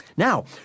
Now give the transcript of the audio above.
Now